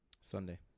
sunday